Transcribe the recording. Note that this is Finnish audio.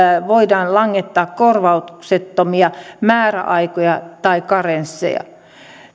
voidaan langettaa kor vauksettomia määräaikoja tai karensseja